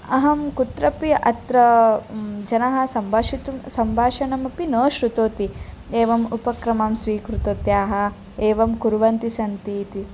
अहं कुत्रापि अत्र जनाः सम्भाषयितुं सम्भाषणमपि न श्रुणोति एवम् उपक्रमां स्वीकृतत्याः एवं कुर्वन्ति सन्ति इति